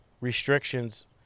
restrictions